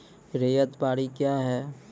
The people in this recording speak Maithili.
रैयत बाड़ी क्या हैं?